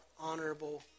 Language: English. honorable